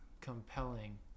compelling